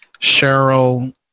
Cheryl